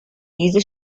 diese